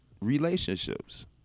relationships